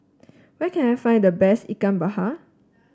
where can I find the best Ikan Bakar